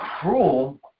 cruel